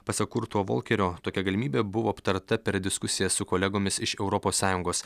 pasak kurto volkerio tokia galimybė buvo aptarta per diskusiją su kolegomis iš europos sąjungos